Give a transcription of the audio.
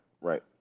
Right